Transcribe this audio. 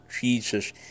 Jesus